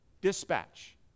Dispatch